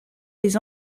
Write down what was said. les